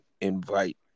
invite